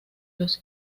los